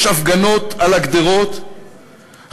יש הפגנות על הגדרות,